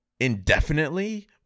indefinitely